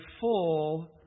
full